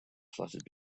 fluttered